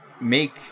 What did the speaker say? make